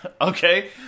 okay